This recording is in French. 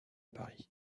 paris